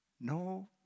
no